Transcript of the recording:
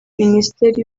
minisiteri